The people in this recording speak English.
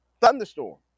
thunderstorm